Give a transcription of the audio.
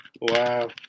Wow